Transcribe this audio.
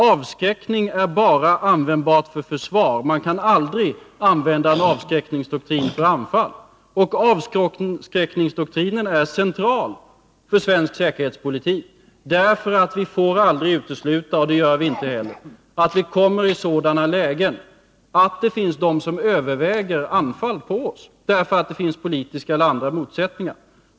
Avskräckning är bara användbar för försvar — man kan aldrig använda en avskräckningdoktrin för anfall. Avskräckningsdoktrinen är central för svensk säkerhetspolitik, därför att vi aldrig får utesluta — och det gör vi inte heller — att vi kommer i sådana lägen att det finns stater som överväger anfall mot oss på grund av politiska eller andra motsättningar.